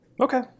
Okay